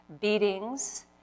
beatings